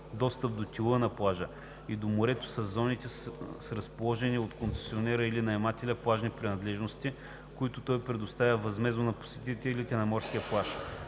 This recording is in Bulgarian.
достъп до тила на плажа и до морето със зоните с разположени от концесионера или наемателя плажни принадлежности, които той предоставя възмездно на посетителите на морския плаж.